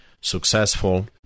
successful